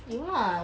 有 lah